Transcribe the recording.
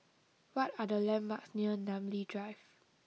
what are the landmarks near Namly Drive